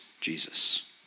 Jesus